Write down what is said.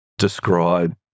Describe